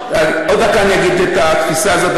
עוד דקה אני אגיד את התפיסה הזאת,